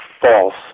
false